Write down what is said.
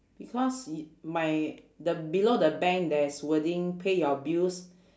because i~ my the below the bank there's wording pay your bills